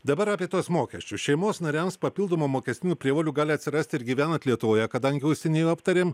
dabar apie tuos mokesčius šeimos nariams papildomų mokestinių prievolių gali atsirasti ir gyvenant lietuvoje kadangi užsienį jau aptarėm